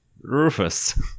Rufus